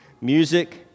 Music